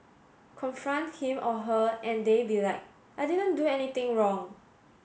confront him or her and they be like I didn't do anything wrong